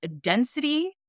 density